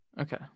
Okay